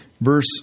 Verse